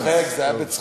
אני צוחק, זה היה בצחוק.